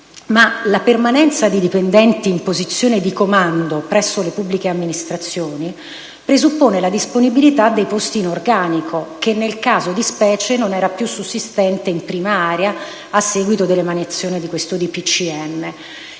Ma la permanenza di dipendenti in posizione di comando presso le pubbliche amministrazioni presuppone la disponibilità di posti in organico, che, nel caso di specie, non era più sussistente in prima area, a seguito dell'emanazione del citato